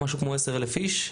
משהו כמו 10,000 איש,